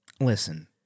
listen